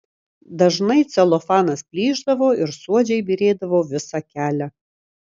dažnai celofanas plyšdavo ir suodžiai byrėdavo visą kelią